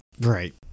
Right